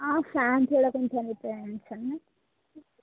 ఆ ఫ్యాన్స్ కూడా కొంచెం రిపేర్ చేయించండి